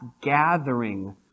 gathering